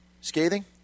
scathing